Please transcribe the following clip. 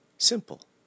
Simple